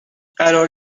قرار